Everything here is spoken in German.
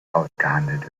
ausgehandelt